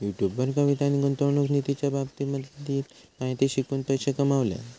YouTube वर कवितान गुंतवणूक निधीच्या बाबतीतली माहिती शिकवून पैशे कमावल्यान